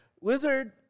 Wizard